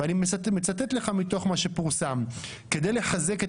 ואני מצטט לך מתוך מה שפורסם: כדי לחזק את